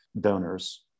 donors